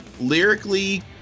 Lyrically